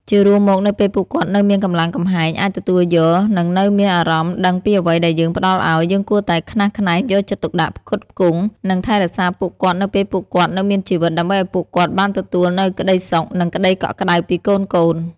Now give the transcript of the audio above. ជារួមមក នៅពេលពួកគាត់នៅមានកម្លាំងកំហែង អាចទទួលយក និងនៅមានអារម្មណ៍ដឹងពីអ្វីដែលយើងផ្តល់ឲ្យ យើងគួរតែខ្នះខ្នែងយកចិត្តទុកដាក់ ផ្គត់ផ្គង់ និងថែរក្សាពួកគាត់នៅពេលពួកគាត់នៅមានជីវិត ដើម្បីឲ្យពួកគាត់បានទទួលនូវក្តីសុខ និងក្តីកក់ក្តៅពីកូនៗ។